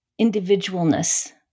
individualness